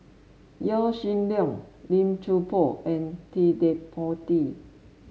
Yaw Shin Leong Lim Chuan Poh and Ted De Ponti